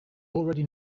already